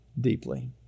deeply